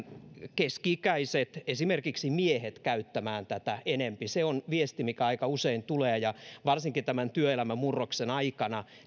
keski ikäiset esimerkiksi miehet käyttämään tätä enempi se on se viesti mikä aika usein tulee ja varsinkin tämän työelämämurroksen aikana